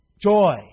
Joy